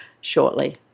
shortly